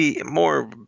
more